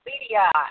media